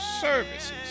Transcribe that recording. services